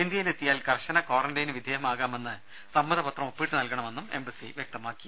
ഇന്ത്യയിലെത്തിയാൽ കർശന ക്വാറന്റൈന് വിധേയമാകാമെന്ന് സമ്മതപത്രം ഒപ്പിട്ട് നൽകണമെന്നും എംബസി വ്യക്തമാക്കി